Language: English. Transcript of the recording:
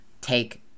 take